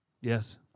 Yes